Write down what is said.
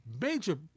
major